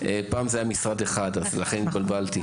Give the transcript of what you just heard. פעם זה היה משרד אחד, לכן התבלבלתי.